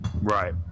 right